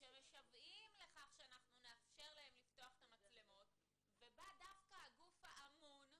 שמשוועים לכך שאנחנו נאפשר להם לפתוח את המצלמות ובא דווקא הגוף האמון,